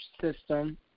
system